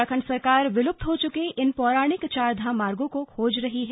उत्तराखंड सरकार विलुप्त हो चुके इन पौराणिक चार धाम मार्गों को खोज रही है